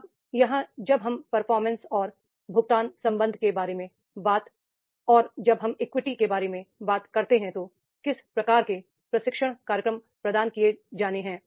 अब यहां जब हम परफॉर्मेंस और भुगतान संबंध के बारे में बात और जब हम इक्विटी के बारे में बात करते हैं तो किस प्रकार के प्रशिक्षण कार्यक्रम प्रदान किए जाने हैं